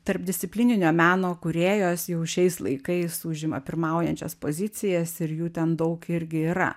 tarpdisciplininio meno kūrėjos jau šiais laikais užima pirmaujančias pozicijas ir jų ten daug irgi yra